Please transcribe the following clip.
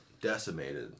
decimated